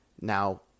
Now